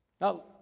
Now